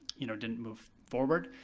you know, didn't move forward.